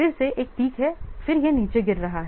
फिर से एक पीक है फिर यह नीचे गिर रहा है